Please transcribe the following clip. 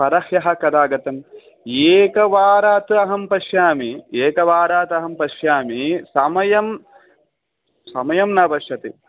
परह्यः कदा आगतम् एकवारात् अहं पश्यामि एकवारात् अहं पश्यामि समयं समयं न पश्यति